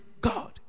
God